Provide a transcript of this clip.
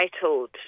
titled